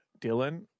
Dylan